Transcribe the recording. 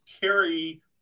carry